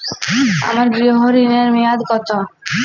আমার গৃহ ঋণের মেয়াদ কত?